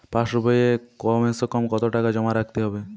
পাশ বইয়ে কমসেকম কত টাকা জমা রাখতে হবে?